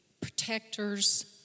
protectors